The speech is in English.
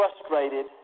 frustrated